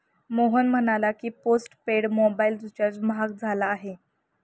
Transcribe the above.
मोहन म्हणाला की, postpaid mobile recharge महाग झाला आहे